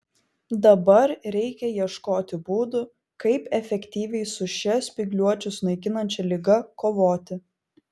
dabar reikia ieškoti būdų kaip efektyviai su šia spygliuočius naikinančia liga kovoti